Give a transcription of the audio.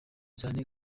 cyane